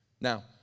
Now